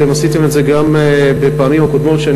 אתם עשיתם את זה גם בפעמים הקודמות כשאני